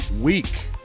week